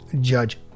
Judge